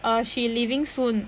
uh she leaving soon